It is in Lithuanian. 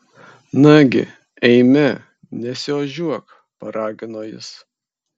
nagi eime nesiožiuok paragino jis